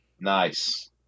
nice